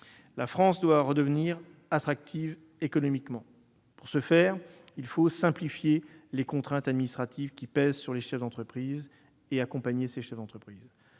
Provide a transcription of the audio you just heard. La France doit redevenir attractive économiquement. Pour ce faire, il faut simplifier les contraintes administratives qui pèsent sur les chefs d'entreprise et accompagner ces derniers.